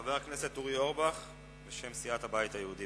חבר הכנסת אורי אורבך בשם סיעת הבית היהודי,